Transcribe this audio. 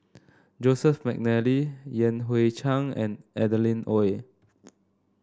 Joseph McNally Yan Hui Chang and Adeline Ooi